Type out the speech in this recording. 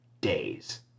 days